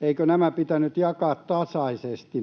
Eikö nämä rokotteet pitänyt jakaa tasaisesti?